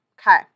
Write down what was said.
Okay